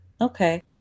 okay